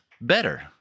better